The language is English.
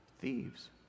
Thieves